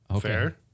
Fair